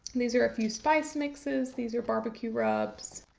these are a few spice mixes. these are barbecue rubs.